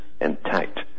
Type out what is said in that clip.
intact